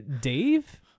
dave